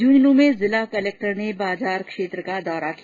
इन्ड्रानू में जिला कलेक्टर ने बाजार क्षेत्र का दौरान किया